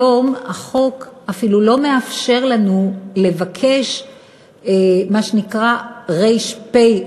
היום החוק אפילו לא מאפשר לנו לבקש מה שנקרא ר"פ,